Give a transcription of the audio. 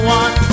one